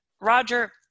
Roger